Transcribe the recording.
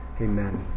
Amen